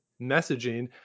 messaging